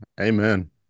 Amen